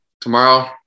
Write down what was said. tomorrow